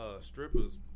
strippers